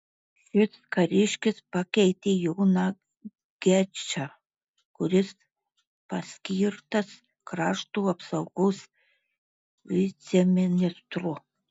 šis kariškis pakeitė joną gečą kuris paskirtas krašto apsaugos viceministru